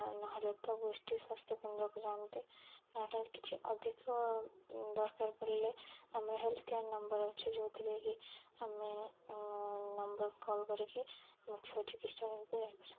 ନହେଲେ ତ ଗୋଷ୍ଠୀ ସ୍ୱାସ୍ଥ୍ୟ କେନ୍ଦ୍ରକୁ ଯାଆନ୍ତି ନହେଲେ କିଛି ଅଧିକ ଦରକାର ପଡ଼ିଲେ ଆମର ହେଲ୍ଥ କେୟାର୍ ନମ୍ବର ଅଛି ଯେଉଁଥିରେ କିି ଆମେ ନମ୍ବର କଲ୍ କରିକି ମୁଖ୍ୟ ଚିକିତ୍ସାଳୟକୁ ଯାଇପାରିବା